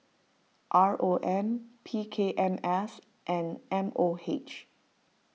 R O M P K M S and M O H